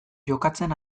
jokatzen